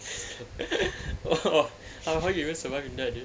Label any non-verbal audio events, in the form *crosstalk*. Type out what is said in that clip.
*laughs* oh orh how do you even survive in that dude